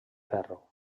ferro